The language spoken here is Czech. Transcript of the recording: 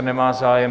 Nemá zájem.